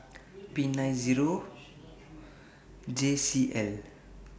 P nine Zero J C L